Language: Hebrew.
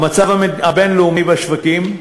המצב הבין-לאומי בשווקים,